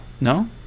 no